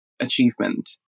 achievement